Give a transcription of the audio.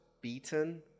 beaten